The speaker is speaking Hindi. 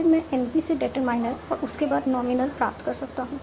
फिर मैं NP से डिटरमाइनर और उसके बाद नॉमिनल प्राप्त कर सकता हूं